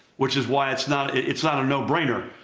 which is why it's not it's not a no-brainer,